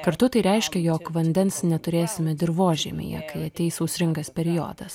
kartu tai reiškia jog vandens neturėsime dirvožemyje kai ateis sausringas periodas